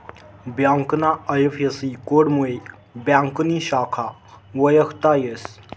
ब्यांकना आय.एफ.सी.कोडमुये ब्यांकनी शाखा वयखता येस